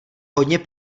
hodně